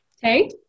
Hey